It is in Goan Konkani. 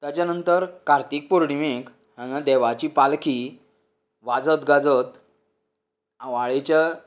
ताज्या नंतर कार्तीक पोर्णिमेक हांगा देवाची पालखी वाजत गाजत आवाळेच्या